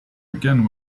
again